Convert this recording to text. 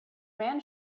man